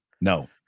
No